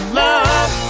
love